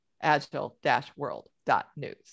agile-world.news